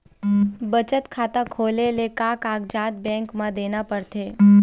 बचत खाता खोले ले का कागजात बैंक म देना पड़थे?